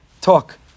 talk